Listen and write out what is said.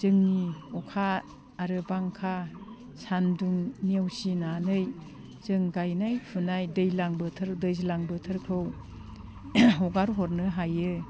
जोंनि अखा आरो बांखा सानदुं नेवसिनानै जों गायनाय फुनाय दैज्लां बोथोर दैज्लां बोथोरखौ हगार हरनो हायो